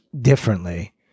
differently